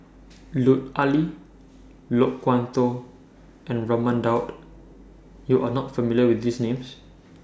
Lut Ali Loke Wan Tho and Raman Daud YOU Are not familiar with These Names